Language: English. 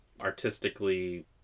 artistically